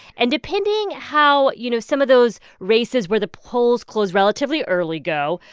and depending how, you know, some of those races where the polls close relatively early go,